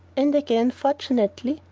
and again, fortunately,